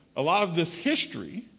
a lot of this history